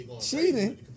Cheating